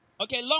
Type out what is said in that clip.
Okay